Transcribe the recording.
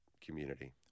community